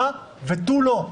הא ותו לא.